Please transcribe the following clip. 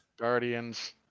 Guardians